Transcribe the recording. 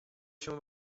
się